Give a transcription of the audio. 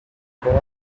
boy